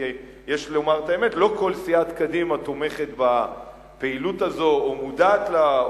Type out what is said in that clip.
כי יש לומר את האמת: לא כל סיעת קדימה תומכת בפעילות הזו או מודעת לה,